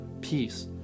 peace